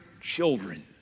children